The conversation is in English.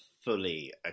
fully